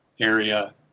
area